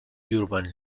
urban